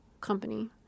company